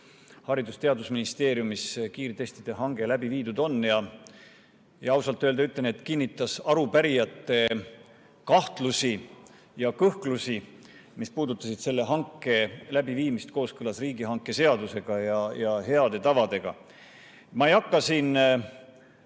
Haridus‑ ja Teadusministeeriumis kiirtestide hange on läbi viidud. Ja ausalt öeldes see kinnitas arupärijate kahtlusi ja kõhklusi, mis puudutasid selle hanke läbiviimist kooskõlas riigihangete seaduse ja heade tavadega. Ma ei hakka siin